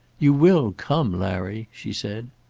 you will come, larry, she said.